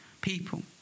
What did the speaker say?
people